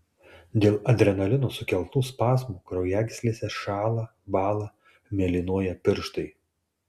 dėl adrenalino sukeltų spazmų kraujagyslėse šąla bąla mėlynuoja pirštai